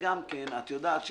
אדם